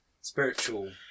spiritual